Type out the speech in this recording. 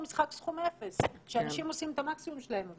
משחק סכום אפס כשאנשים עושים את המקסימום שלהם,